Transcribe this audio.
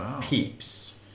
Peeps